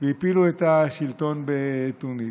והפילו את השלטון בתוניס.